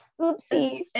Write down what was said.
Oopsie